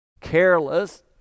careless